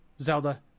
Zelda